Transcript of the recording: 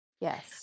Yes